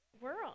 world